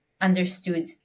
understood